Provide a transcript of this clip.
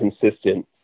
consistent